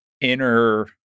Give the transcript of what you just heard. inner